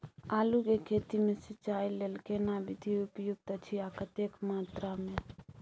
आलू के खेती मे सिंचाई लेल केना विधी उपयुक्त अछि आ कतेक मात्रा मे?